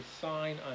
sign